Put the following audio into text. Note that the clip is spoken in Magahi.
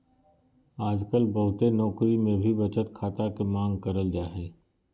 आजकल बहुते नौकरी मे भी बचत खाता के मांग करल जा हय